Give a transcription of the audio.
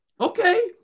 Okay